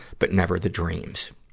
but never the dreams.